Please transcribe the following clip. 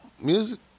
Music